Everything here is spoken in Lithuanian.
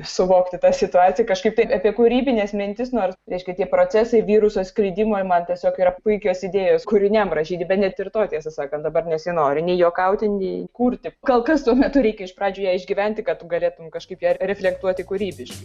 suvokti tą situaciją kažkaip tai apie kūrybines mintis nors reiškia tie procesai viruso skridimo ir man tiesiog yra puikios idėjos kūriniam rašyti bet net ir to tiesą sakant dabar nesinori nei juokauti nei kurti kol kas tuo metu reikia iš pradžių ją išgyventi kad tu galėtum kažkaip ją reflektuoti kūrybiškai